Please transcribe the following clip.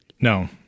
No